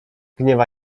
gniewa